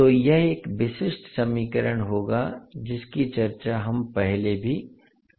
तो यह एक विशिष्ट समीकरण होगा जिसकी चर्चा हम पहले भी कर चुके हैं